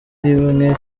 rimwe